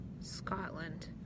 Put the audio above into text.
Scotland